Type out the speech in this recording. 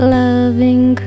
loving